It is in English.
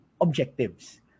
objectives